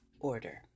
Order